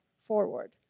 forward